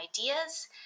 ideas